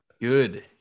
Good